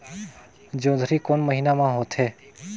जोंदरी कोन महीना म होथे?